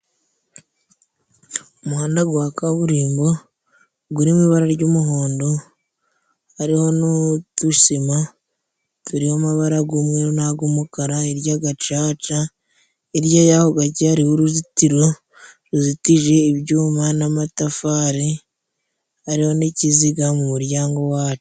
Umuhanda gwa kaburimbo gurimo ibara ry'umuhondo, hariho n'udusima turiho amabara g'umweru n'ag'umukara, hirya agacaca hirya yaho gakeya hari uruzitiro ruzitije ibyuma n'amatafari, hariho n'ikiziga mu muryango waryo.